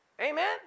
Amen